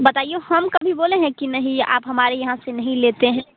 बताइए हम कभी बोले हैं कि नहीं आप हमारे यहाँ से नहीं लेते हैं